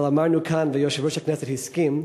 אבל אמרנו כאן, ויושב-ראש הכנסת הסכים,